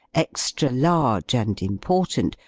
extra-large and important,